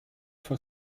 for